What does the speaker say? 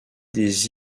des